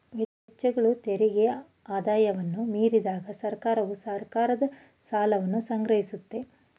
ವೆಚ್ಚಗಳು ತೆರಿಗೆ ಆದಾಯವನ್ನ ಮೀರಿದಾಗ ಸರ್ಕಾರವು ಸರ್ಕಾರದ ಸಾಲವನ್ನ ಸಂಗ್ರಹಿಸುತ್ತೆ